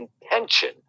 intention